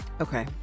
okay